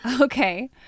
Okay